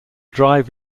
drive